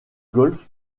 golfe